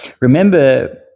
Remember